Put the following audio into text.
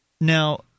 Now